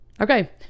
Okay